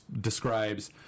describes